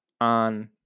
on